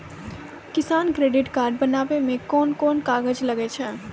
किसान credit card बनाबै मे कोन कोन कागज लागै छै?